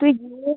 তুই গেলে